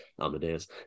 Amadeus